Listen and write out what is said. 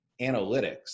analytics